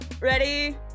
Ready